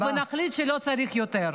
-- ונחליט שלא צריך יותר.